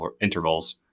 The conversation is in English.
intervals